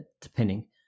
depending